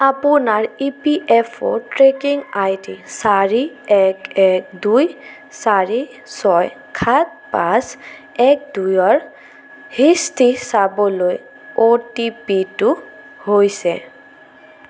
আপোনাৰ E P F O tracking ID চাৰি এক এক দুই চাৰি ছয় সাত পাঁচ এক দুইৰ হিস্তি চাবলৈ অ' টি পি টো হৈছে